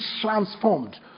transformed